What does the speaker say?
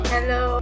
Hello